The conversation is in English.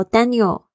Daniel